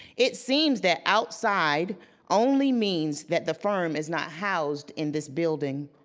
it seems that outside only means that the firm is not housed in this building.